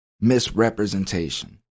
misrepresentation